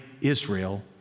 Israel